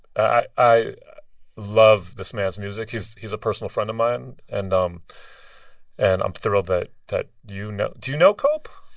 i love this man's music. he's he's a personal friend of mine. and um and i'm thrilled that that you know do you know cope?